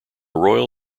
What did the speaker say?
royal